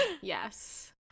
yes